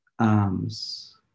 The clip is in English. arms